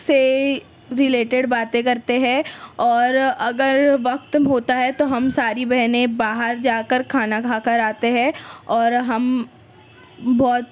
سے رلیٹڈ باتیں کرتے ہیں اور اگر وقت ہوتا ہے تو ہم ساری بہنیں باہر جا کر کھانا کھا کر آتے ہیں اور ہم بہت